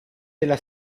della